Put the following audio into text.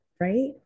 right